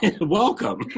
Welcome